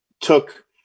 took